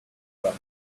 our